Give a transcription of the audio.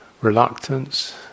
Reluctance